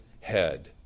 head